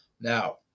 now